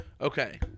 okay